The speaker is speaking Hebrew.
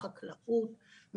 חקלאות,